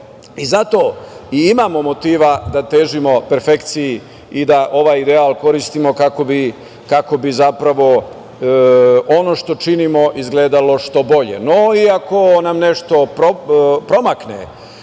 i zato i imamo motiva da težimo perfekciji i da ovaj ideal koristimo kako bi zapravo ono što činimo izgledalo što bolje.No,